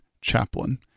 chaplain